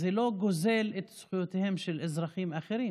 זה לא גוזל את זכויותיהם של אזרחים אחרים.